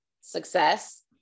success